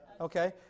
Okay